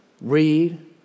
read